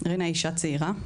רינה היא אישה צעירה,